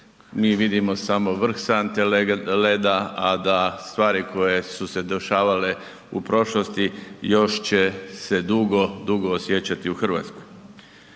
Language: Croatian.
mi vidimo samo vrh sante leda, a da stvari koje su se dešavale u prošlosti, još će se dugo dugo osjećati u Hrvatskoj.